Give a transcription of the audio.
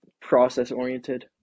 process-oriented